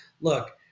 Look